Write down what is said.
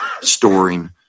Storing